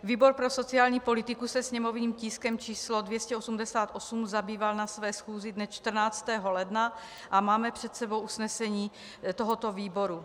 Výbor pro sociální politiku se sněmovním tiskem číslo 288 zabýval na své schůzi dne 14. ledna a máme před sebou usnesení tohoto výboru: